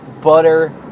butter